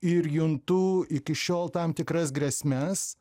ir juntu iki šiol tam tikras grėsmes